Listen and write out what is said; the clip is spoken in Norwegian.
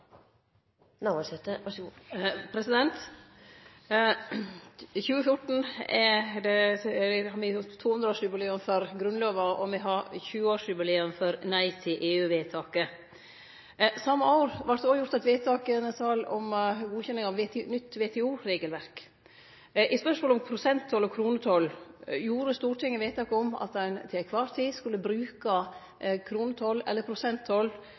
det, som me har høyrt, 200-årsjubileum for Grunnlova og 20-årsjubileum for nei til EU-vedtaket. Det same året vart det òg gjort eit vedtak i denne salen om godkjenning av nytt WTO-regelverk. I spørsmålet om prosenttoll og kronetoll gjorde Stortinget vedtak om at ein til kvar tid skulle bruke kronetoll eller prosenttoll